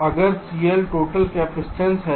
तो अगर CL total capacitance है